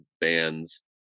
bands